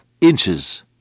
inches